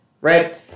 right